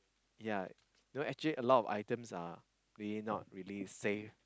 yea know actually a lot of items are really not really safe